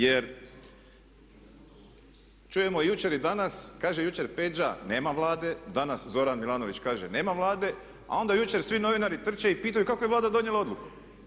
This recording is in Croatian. Jer čujemo jučer i danas, kaže jučer Peđa nema Vlade, danas Zoran Milanović kaže nema Vlade, a onda jučer svi novinari trče i pitaju kako je Vlada donijela odluku.